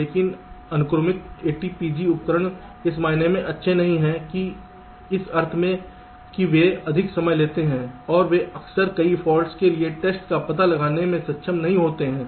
लेकिन अनुक्रमिक ATPG उपकरण इस मायने में अच्छे नहीं हैं कि इस अर्थ में कि वे अधिक समय लेते हैं और वे अक्सर कई फॉल्ट्स के लिए टेस्ट का पता लगाने में सक्षम नहीं होते हैं